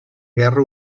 guerra